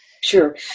Sure